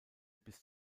bis